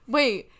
Wait